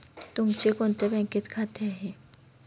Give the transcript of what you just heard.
तुमचे कोणत्या बँकेत खाते आहे?